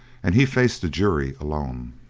and he faced the jury alone.